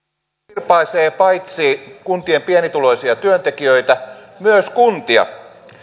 kirpaisee paitsi kuntien pienituloisia työntekijöitä myös kuntia